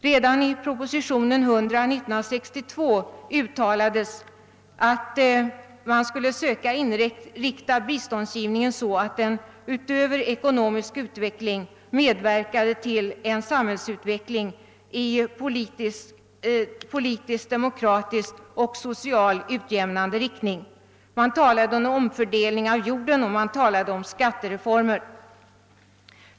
Redan i propositionen 100 år 1962 uttalades, att man skulle söka inrikta biståndsgivningen så, att den utöver ekonomisk utveckling medverkade till en samhällsutveckling i politiskt, demokratiskt och socialt utjämnande riktning. Man talade om en omfördelning av jorden, och man talade om skattereformer.